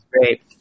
great